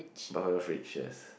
buy for your fridge yes